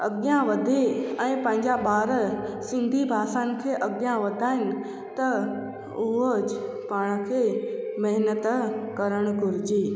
अॻियां वधे ऐं पंहिंजा ॿार सिंधी भासा खे अॻियां वधाइनि त उहो पाण खे महिनतु करणु घुरिजे